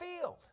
field